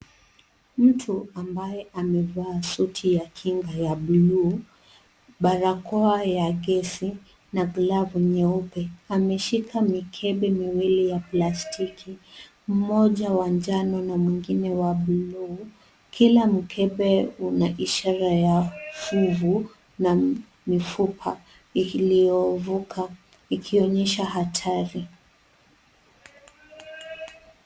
Mtu ambaye amevaa suti ya kinga ya bluu, barakoa ya gesi na glavu nyeupe ameshika mikebe miwili ya plastiki mmoja wa njano mwingine wa bluu kila mkebe una ishara ya fuvu na mifupa iliyofuka ikionyesha hatari.